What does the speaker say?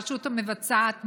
הרשות המבצעת,